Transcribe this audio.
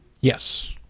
yes